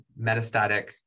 metastatic